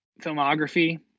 filmography